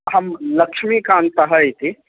अहं लक्ष्मीकान्तः इति